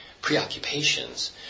preoccupations